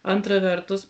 antra vertus